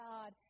God